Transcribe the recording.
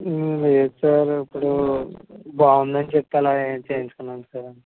లేద్ సార్ ఇప్పుడు బాగుందని చెప్పి అలా చేయించుకున్నాను సార్